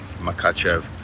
Makachev